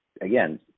again